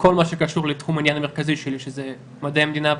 כל מה שקשור לתחום העניין המרכזי שלי שזה מדעי המדינה ופוליטיקה.